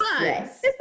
Yes